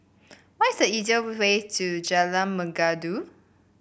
what is the easiest way to Jalan Mengkudu